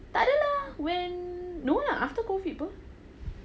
takde lah when no lah after COVID bah